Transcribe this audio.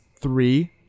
three